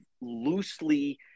loosely